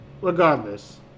Regardless